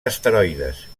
asteroides